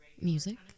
Music